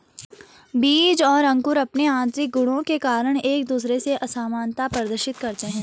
बीज और अंकुर अंपने आतंरिक गुणों के कारण एक दूसरे से असामनता प्रदर्शित करते हैं